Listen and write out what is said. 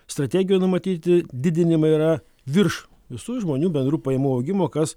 strategijoj numatyti didinimai yra virš visų žmonių bendrų pajamų augimo kas